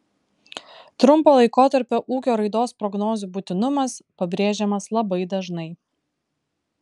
trumpo laikotarpio ūkio raidos prognozių būtinumas pabrėžiamas labai dažnai